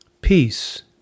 Peace